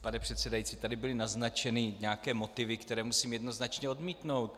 Pane předsedající, tady byly naznačeny nějaké motivy, které musím jednoznačně odmítnout.